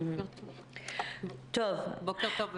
תודה.